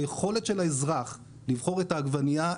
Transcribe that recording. היכולת של האזרח לבחור את העגבנייה,